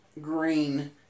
Green